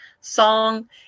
song